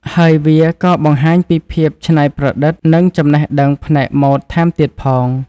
ហើយវាក៏បង្ហាញពីភាពច្នៃប្រឌិតនិងចំណេះដឹងផ្នែកម៉ូដថែមទៀតផង។